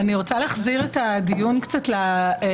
אני רוצה להחזיר את הדיון קצת למבנה